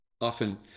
often